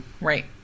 Right